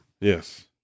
Yes